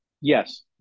Yes